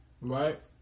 Right